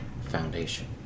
foundation